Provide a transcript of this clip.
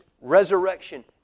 resurrection